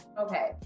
Okay